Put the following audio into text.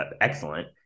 excellent